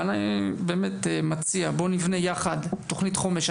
ואני באמת מציע, בואו נבנה ביחד תוכנית חומש.